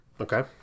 Okay